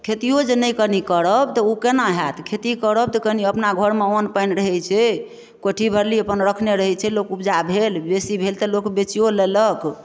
खेतियो जे नहि कनी करब तऽ ओ केना होयत खेती करब तऽ कनी अपना घरमे अन्न पानि रहैत छै कोठी भरली अपन रखने रहैत छै लोक ऊपजा भेल बेसी भेल तऽ लोक बेचिओ लेलक